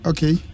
Okay